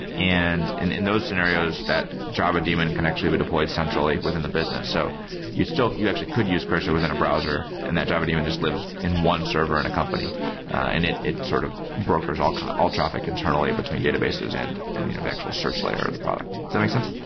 and in in those scenarios, that java daemon can actually be deployed essentially within the business. so you actually could use cursor within a browser and that java daemon just lives in one server in a company and it it sort of brokers all all traffic internally between databases and and you know the actual search layer or the product. does that make sense?